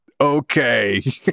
okay